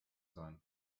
sein